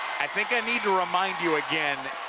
i think i need to remind you again,